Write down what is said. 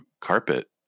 carpet